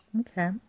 Okay